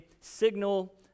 signal